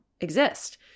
exist